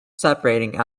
separating